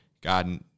God